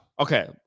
Okay